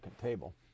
table